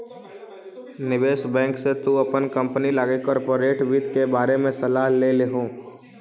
निवेश बैंक से तु अपन कंपनी लागी कॉर्पोरेट वित्त के बारे में सलाह ले लियहू